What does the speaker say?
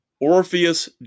orpheus